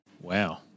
Wow